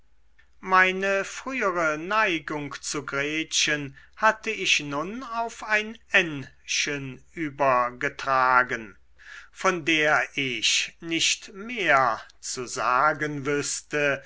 meine frühere neigung zu gretchen hatte ich nun auf ein ännchen übergetragen von der ich nicht mehr zu sagen wüßte